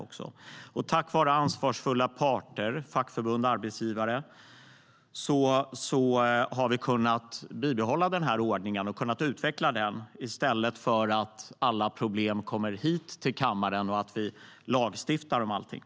Tack vare ansvarsfulla parter - fackförbund och arbetsgivare - har vi kunnat bibehålla denna ordning och kunnat utveckla den i stället för att alla problem ska tas upp här i kammaren för att vi ska lagstifta om allting.